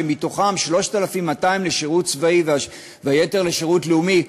שמתוכם 3,200 לשירות צבאי והיתר לשירות לאומי,